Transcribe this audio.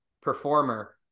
performer